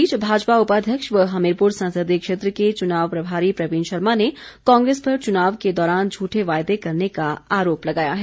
इस बीच भाजपा उपाध्यक्ष व हमीरपुर संसदीय क्षेत्र के चुनाव प्रभारी प्रवीण शर्मा ने कांग्रेस पर चुनाव के दौरान झूठे वायदे करने का आरोप लगाया है